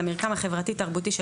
לא יותר רלוונטיים.